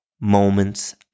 Moments